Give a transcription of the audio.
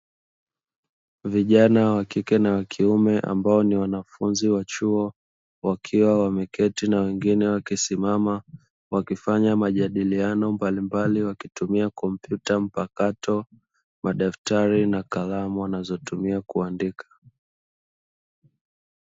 Vijana wa kike na wa kiume ambao ni wanafunzi wa chuo, wakiwa wameketi na wengine wamesimama, wakifanya majadiliano mbalimbali wakitumia kompyuta mpakato, madaftari na kalamu wanazo tumia kuandika.